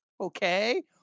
okay